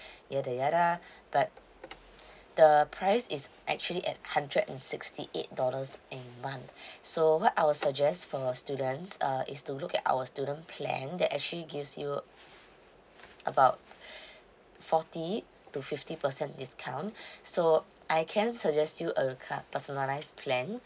yada yada but the price is actually at hundred and sixty eight dollars a month so what I will suggest for students uh is to look at our student plan that actually gives you about forty to fifty percent discount so I can suggest you a cust~ personalised plan